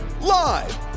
Live